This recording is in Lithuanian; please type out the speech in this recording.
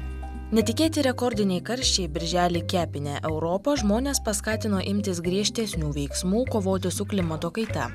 netikėti rekordiniai karščiai birželį kepinę europą žmones paskatino imtis griežtesnių veiksmų kovoti su klimato kaita